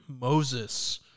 Moses